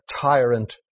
tyrant